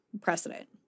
precedent